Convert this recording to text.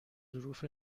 ظروف